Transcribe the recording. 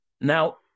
Now